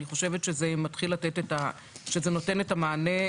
אני חושבת שזה נותן את המענה.